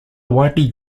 widely